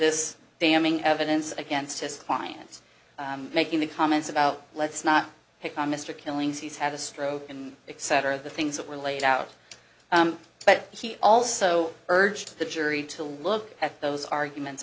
this damning evidence against his clients making the comments about let's not pick on mr killings he's had a stroke and exciter the things that were laid out but he also urged the jury to look at those arguments